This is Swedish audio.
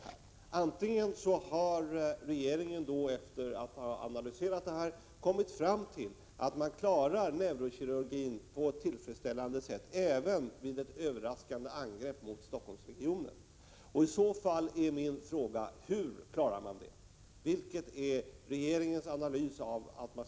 Den första innebär att regeringen efter att ha analyserat det här kommer fram till att man klarar neurokirurgin på ett tillfredsställande sätt även vid ett överraskande angrepp mot Stockholmsregionen. I så fall är min fråga: Hur klarar man det? Hur ser regeringens analys på den punkten ut?